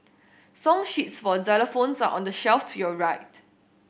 song sheets for xylophones are on the shelf to your right